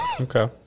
Okay